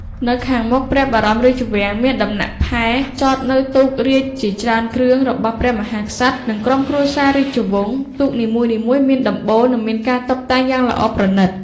នៅខាងមុខព្រះបរមរាជវាំងមានដំណាក់ផែ ចតនៅទូករាជជាច្រើនគ្រឿង របស់ព្រះមហាក្សត្រ និង ក្រុមគ្រួសាររាជវង្ស ទូកនីមួយៗមានដំបូល និងមានការតុបតែងយ៉ាងល្អប្រណិត ។